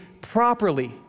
properly